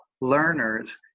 learners